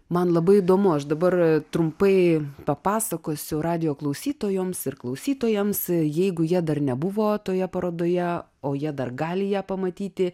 man labai įdomu aš dabar trumpai papasakosiu radijo klausytojoms ir klausytojams jeigu jie dar nebuvo toje parodoje o jie dar gali ją pamatyti